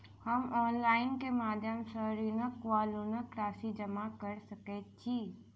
हम ऑनलाइन केँ माध्यम सँ ऋणक वा लोनक राशि जमा कऽ सकैत छी?